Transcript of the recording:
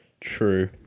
True